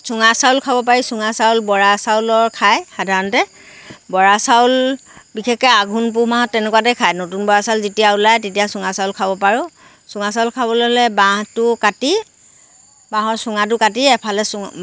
চুঙা চাউল খাব পাৰি চুঙা চাউল বৰা চাউলৰ খায় সাধাৰণতে বৰা চাউল বিশেষকৈ আঘোণ পুহ মাহত তেনেকুৱাতে খায় নতুন বৰা চাউল যেতিয়া ওলায় তেতিয়া চুঙা চাউল খাব পাৰোঁ চুঙা চাউল খাবলৈ হ'লে বাঁহটো কাটি বাঁহৰ চুঙাটো কাটি এফালে চুঙা